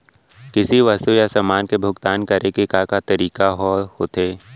किसी वस्तु या समान के भुगतान करे के का का तरीका ह होथे?